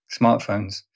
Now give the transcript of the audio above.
smartphones